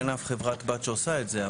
אין אף חברת בת שעושה את זה.